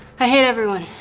i hate everyone.